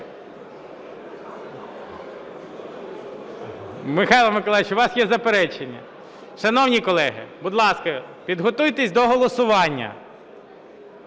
Михайло Миколайович, у вас є заперечення? Шановні колеги, будь ласка, підготуйтесь до голосування.